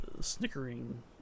snickering